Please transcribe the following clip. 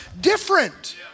different